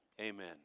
Amen